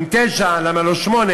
ואם תשע, למה לא שמונה?